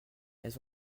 elles